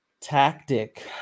tactic